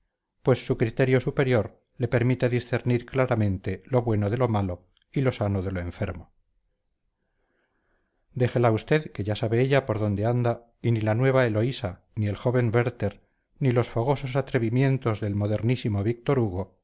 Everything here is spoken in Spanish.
pues su criterio superior le permite discernir claramente lo bueno de lo malo y lo sano de lo enfermo déjela usted que ya sabe ella por dónde anda y ni la nueva eloísa ni el joven werther ni los fogosos atrevimientos del modernísimo víctor hugo